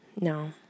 No